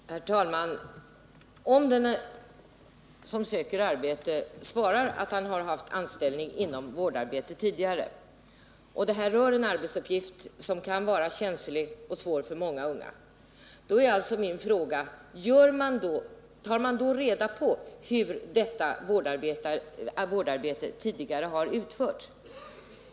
Herr talman! Om den som söker arbete svarar att han haft anställning inom vårdarbete tidigare och det gäller en arbetsuppgift som kan vara känslig och svår för många unga är min fråga: Tar man då reda på hur detta vårdarbete tidigare utförts?